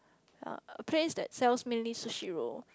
yeah a place that sells mainly Sushi roll